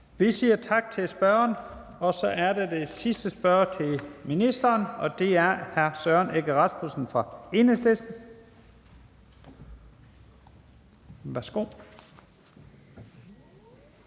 Vi siger tak til spørgeren. Så er der det sidste spørgsmål til ministeren, og det er fra hr. Søren Egge Rasmussen fra Enhedslisten. Kl.